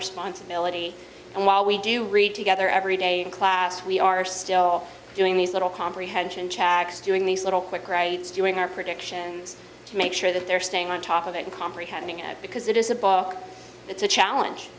responsibility and while we do read together every day in class we are still doing these little comprehension chakras doing these little quick writes doing our projections to make sure that they're staying on top of it and comprehending it because it is a book it's a challenge